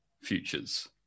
futures